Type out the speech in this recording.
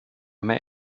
mehr